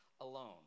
alone